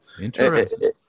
Interesting